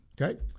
okay